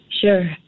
Sure